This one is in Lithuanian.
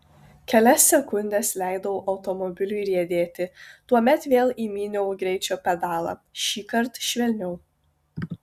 kelias sekundes leidau automobiliui riedėti tuomet vėl įminiau greičio pedalą šįkart švelniau